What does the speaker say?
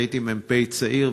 הייתי מ"פ צעיר,